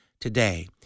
today